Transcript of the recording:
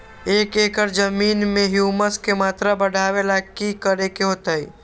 एक एकड़ जमीन में ह्यूमस के मात्रा बढ़ावे ला की करे के होतई?